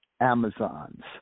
Amazons